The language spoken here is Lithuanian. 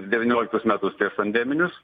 devynioliktus metus priešpandeminius